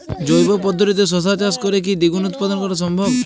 জৈব পদ্ধতিতে শশা চাষ করে কি দ্বিগুণ উৎপাদন করা সম্ভব?